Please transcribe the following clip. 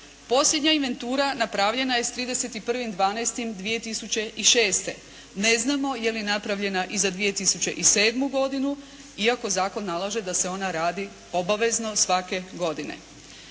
Posljednja inventura napravljena je s 31.12.2006. Ne znamo je li napravljena iza 2007. godinu iako zakon nalaže da se ona radi obavezno svake godine.